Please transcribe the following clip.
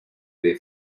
away